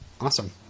Awesome